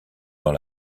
dans